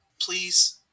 Please